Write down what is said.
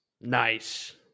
Nice